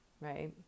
right